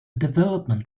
development